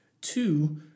Two